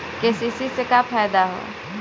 KCC से का फायदा ह?